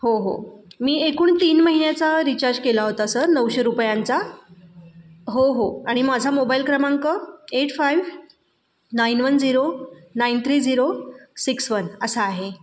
हो हो मी एकूण तीन महिन्याचा रिचार्ज केला होता सर नऊशे रुपयांचा हो हो आणि माझा मोबाईल क्रमांक eight five nine one zero nine three zero six one असा आहे